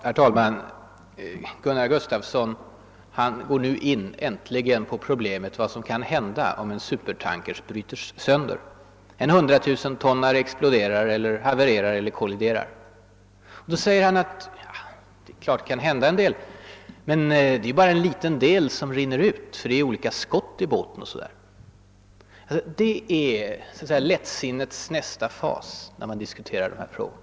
Herr talman! Gunnar Gustafsson går nu äntligen in på problemet vad som kan hända om en supertanker bryts sönder, om en hundratusentonnare exploderar, havererar eller kolliderar. Han säger att sådana händelser visserligen kan inträffa men att det bara är en liten del av oljan som rinner ut, eftersom det finns flera tankar med skott emellan i båtarna. Detta är lättsinnets nästa fas när man diskuterar den här frågan!